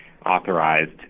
authorized